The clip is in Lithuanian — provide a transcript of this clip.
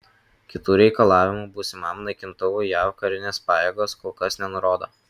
kitų reikalavimų būsimam naikintuvui jav karinės pajėgos kol kas nenurodo